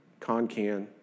Concan